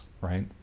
right